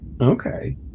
Okay